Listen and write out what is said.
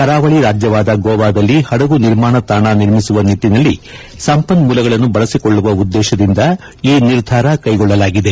ಕರಾವಳಿ ರಾಜ್ಯವಾದ ಗೋವಾದಲ್ಲಿ ಹಡಗು ನಿರ್ಮಾಣ ತಾಜಾ ಹಬ್ ನಿರ್ಮಿಸುವ ನಿಟ್ಸಿನಲ್ಲಿ ಸಂಪನ್ಮೂಲಗಳನ್ನು ಬಳಸಿಕೊಳ್ಳುವ ಉದ್ದೇಶದಿಂದ ಈ ನಿರ್ಧಾರ ಕೈಗೊಳ್ಳಲಾಗಿದೆ